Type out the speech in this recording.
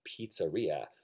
Pizzeria